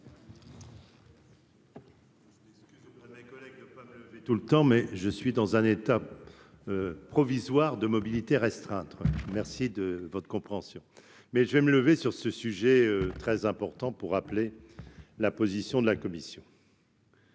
sur l'ensemble de ces amendements. Tout le temps, mais je suis dans un état provisoire de mobilité restreinte, merci de votre compréhension mais je vais me lever sur ce sujet très important pour rappeler la position de la commission.